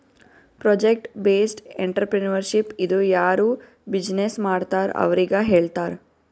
project based entrepreneurship ಇದು ಯಾರು business ಮಾಡ್ತಾರ್ ಅವ್ರಿಗ ಹೇಳ್ತಾರ್